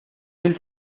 mil